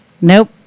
nope